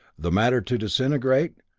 the matter to disintegrate,